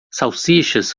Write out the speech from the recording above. salsichas